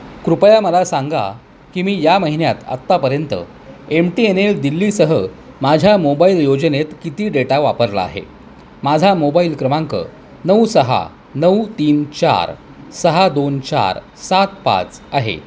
कृपया मला सांगा की मी या महिन्यात आत्तापर्यंत एम टी एन एल दिल्लीसह माझ्या मोबाईल योजनेत किती डेटा वापरला आहे माझा मोबाईल क्रमांक नऊ सहा नऊ तीन चार सहा दोन चार सात पाच आहे